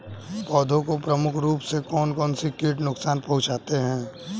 पौधों को प्रमुख रूप से कौन कौन से कीट नुकसान पहुंचाते हैं?